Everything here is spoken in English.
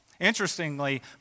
Interestingly